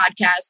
podcast